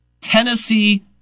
Tennessee